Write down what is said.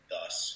thus